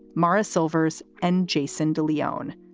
morris silvers and jason de leon.